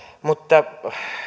mutta